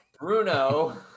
Bruno